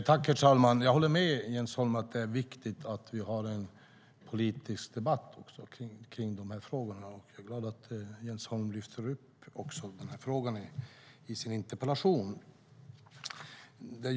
Herr talman! Jag håller med Jens Holm om att det är viktigt att vi har en politisk debatt kring de här frågorna och är glad att Jens Holm ställt en interpellation om detta.